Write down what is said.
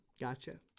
Gotcha